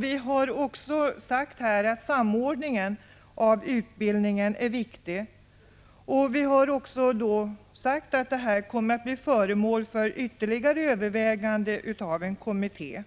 Vi har också sagt att samordning av utbildningen är viktig och att detta kommer att bli föremål för ytterligare överväganden av en kommitté.